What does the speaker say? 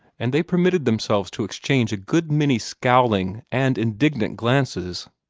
and they permitted themselves to exchange a good many scowling and indignant glances,